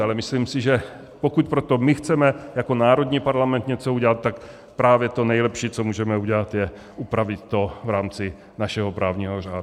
Ale myslím si, že pokud pro to my chceme jako národní parlament něco udělat, tak právě to nejlepší, co můžeme udělat, je upravit to v rámci našeho právního řádu.